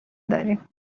داریم